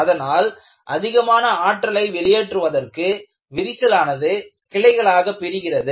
அதனால் அதிகமான ஆற்றலை வெளியேற்றுவதற்கு விரிசலானது கிளைகளாக பிரிகிறது